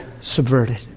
subverted